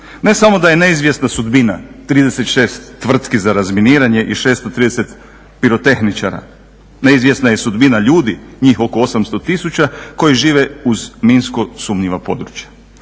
Ne samo da je neizvjesna sudbina 36 tvrtki za razminiranje i 630 pirotehničara, neizvjesna je sudbina ljudi njih oko 800 tisuća koji žive uz minsko sumnjiva područja.